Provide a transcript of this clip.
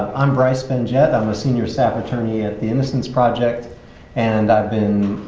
i'm bryce benjet i'm a senior staff attorney at the innocence project and i've been